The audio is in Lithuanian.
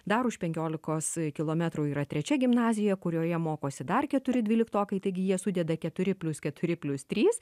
dar už penkiolikos kilometrų yra trečia gimnazija kurioje mokosi dar keturi dvyliktokai taigi jie sudeda keturi plius keturi plius trys